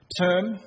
term